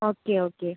okay okay